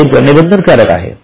जाहीर करणे बंधनकारक आहे